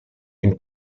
une